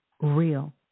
real